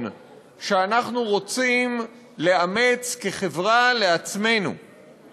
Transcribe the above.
שאנחנו רוצים לאמץ לעצמנו כחברה.